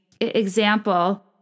example